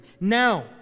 now